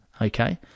Okay